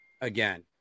again